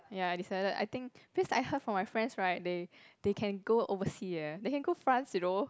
ya I decided I think place I heard from my friends right they they can go overseas eh they can go France you know